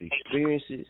experiences